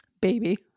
Baby